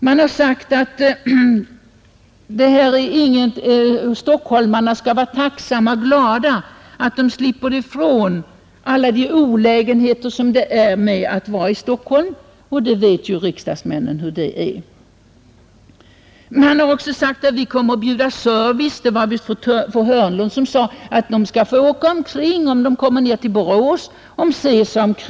Man har sagt att stockholmarna skall vara tacksamma och glada över att de slipper ifrån alla de olägenheter som är förenade med att vara i Stockholm. Riksdagsmännen vet ju hur det är. Man har också sagt: Vi kommer att erbjuda service. Det var visst fru Hörnlund som sade: De skall få se sig omkring, om de kommer ned till Borås.